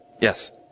Yes